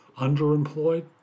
underemployed